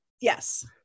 Yes